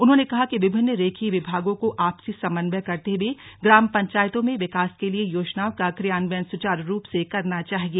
उन्होंने कहा कि विभिन्न रेखीय विभागों को आपसी समन्वय करते हुए ग्राम पंचायतों में विकास के लिए योजनाओं का क्रियान्वयन सुचारू रूप से करना चाहिए